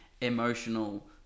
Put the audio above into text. emotional